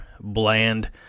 bland